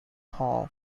hall